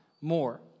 more